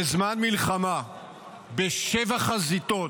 בזמן מלחמה בשבע חזיתות